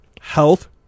health